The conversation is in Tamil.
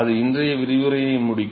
அது இன்றைய விரிவுரையை முடிக்கும்